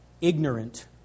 ignorant